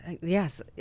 yes